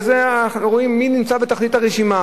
ורואים מי נמצא בתחתית הרשימה.